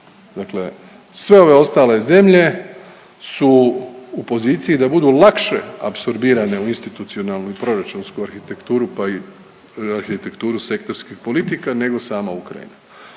dakle sve ove ostale zemlje su u poziciji da budu lakše apsorbirane u institucionalnu i proračunsku arhitekturu, pa i arhitekturu sektorskih politika nego sama Ukrajina,